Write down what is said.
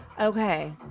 Okay